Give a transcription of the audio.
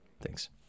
Thanks